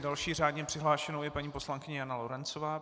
Další řádně přihlášenou je paní poslankyně Jana Lorencová.